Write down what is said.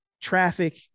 traffic